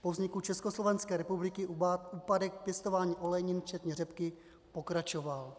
Po vzniku Československé republiky úpadek pěstování olejnin včetně řepky pokračoval.